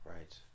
Right